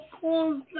cool